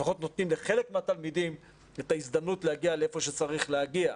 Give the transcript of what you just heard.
לפחות נותנים לחלק מהתלמידים את ההזדמנות להגיע לאיפה שצריך להגיע.